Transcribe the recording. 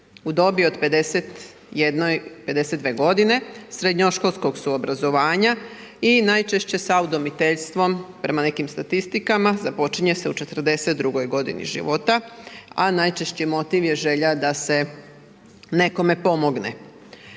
u dobi od 51, 52 godine, srednjoškolskog su obrazovanja i najčešće sa udomiteljstvom prema nekim statistikama započinje se u 42 godini života, a najčešći motiv je želja da se nekome pomogne.